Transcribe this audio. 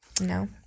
No